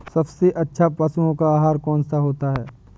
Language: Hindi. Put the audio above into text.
सबसे अच्छा पशुओं का आहार कौन सा होता है?